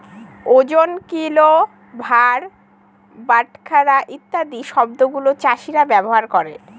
ওজন, কিল, ভার, বাটখারা ইত্যাদি শব্দগুলা চাষীরা ব্যবহার করে